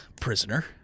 prisoner